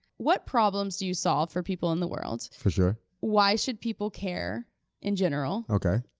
what problems do you solve for people in the world? for sure. why should people care in general? okay.